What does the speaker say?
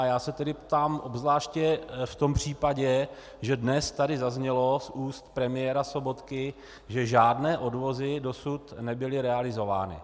Já se ptám obzvláště v tom případě, že dnes tu zaznělo z úst premiéra Sobotky, že žádné odvozy dosud nebyly realizovány.